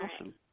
Awesome